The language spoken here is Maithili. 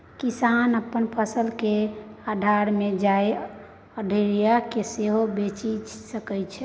किसान अपन फसल केँ आढ़त मे जाए आढ़तिया केँ सेहो बेचि सकै छै